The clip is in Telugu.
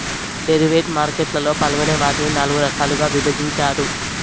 డెరివేటివ్ మార్కెట్ లలో పాల్గొనే వారిని నాల్గు రకాలుగా విభజించారు